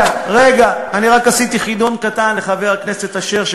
אני רק עשיתי חידון קטן לחבר הכנסת אשר,